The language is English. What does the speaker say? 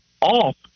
off